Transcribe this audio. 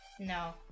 No